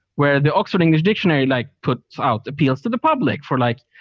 where the oxford english dictionary like puts out appeals to the public for like,